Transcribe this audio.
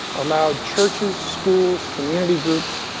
allowed churches, schools, community groups,